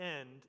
end